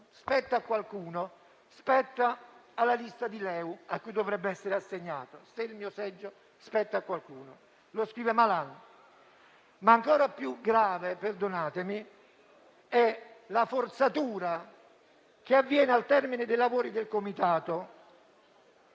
spetta a qualcuno, spetta alla lista di LeU, a cui dovrebbe essere assegnato (lo scrive il senatore Malan). Ma ancora più grave - perdonatemi - è la forzatura che avviene al termine dei lavori del Comitato